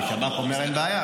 ושב"כ אומר: אין בעיה,